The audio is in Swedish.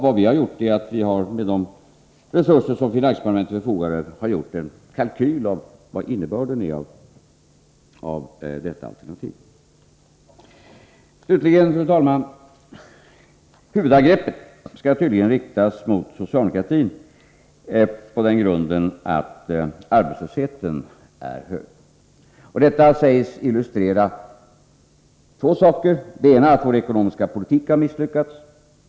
Vad vi har gjort är att vi med de resurser som står till finansdepartementets förfogande redovisat en kalkyl över vad innebörden är av detta alternativ. Slutligen, fru talman: Huvudangreppet skall tydligen riktas mot socialdemokratin på den grunden att arbetslösheten är hög. Detta sägs illustrera två förhållanden. Det ena är att vår ekonomiska politik har misslyckats.